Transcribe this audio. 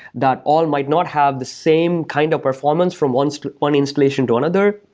that all might not have the same kind of performance from one so one installation to another.